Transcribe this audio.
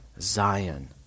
Zion